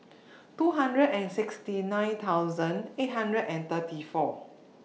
two hundred and sixty nine thousand eight hundred and thirty four